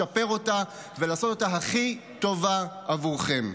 לשפר אותה ולעשות אותה הכי טובה עבורכם.